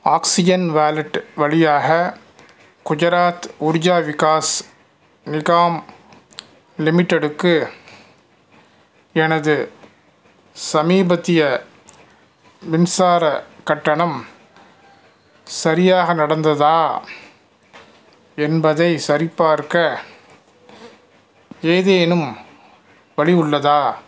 oxygen wallet வழியாக குஜராத் உர்ஜா விகாஸ் நிகாம் லிமிட்டெடுக்கு எனது சமீபத்திய மின்சாரக் கட்டணம் சரியாக நடந்ததா என்பதைச் சரிபார்க்க ஏதேனும் வழி உள்ளதா